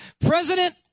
President